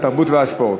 התרבות והספורט.